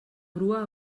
grua